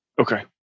Okay